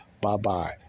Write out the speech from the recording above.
Bye-bye